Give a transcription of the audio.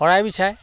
শৰাই বিচায়ে